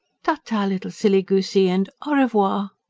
ta-ta, little silly goosey, and au revoir!